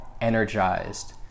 energized